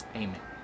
amen